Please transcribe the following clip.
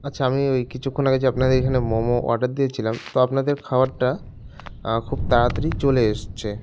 আচ্ছা আমি ওই কিছুক্ষণ আগে যে আপনার এইখানে মোমো অর্ডার দিয়েছিলাম তো আপনাদের খাওয়ারটা খুব তাড়াতাড়ি চলে এসেছে